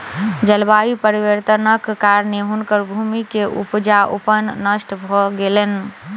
जलवायु परिवर्तनक कारणेँ हुनकर भूमि के उपजाऊपन नष्ट भ गेलैन